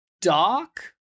dark